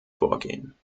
vorgehen